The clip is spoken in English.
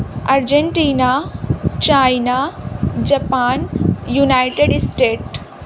Argentina China Japan united state